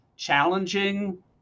challenging